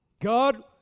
God